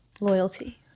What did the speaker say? loyalty